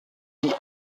die